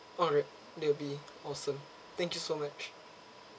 alright that'll be awesome thank you so much